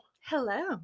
Hello